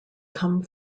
come